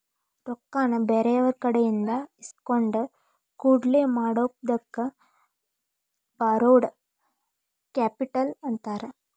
ರೊಕ್ಕಾನ ಬ್ಯಾರೆಯವ್ರಕಡೆಇಂದಾ ಇಸ್ಕೊಂಡ್ ಹೂಡ್ಕಿ ಮಾಡೊದಕ್ಕ ಬಾರೊಡ್ ಕ್ಯಾಪಿಟಲ್ ಅಂತಾರ